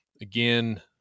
again